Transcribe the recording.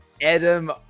Adam